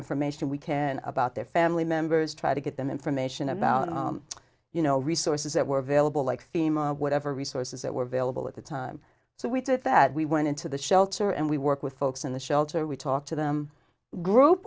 information we can about their family members try to get them information about you know resources that were available like thema whatever resources that were available at the time so we did that we went into the shelter and we work with folks in the shelter we talk to them group